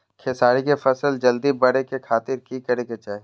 खेसारी के फसल जल्दी बड़े के खातिर की करे के चाही?